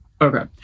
Okay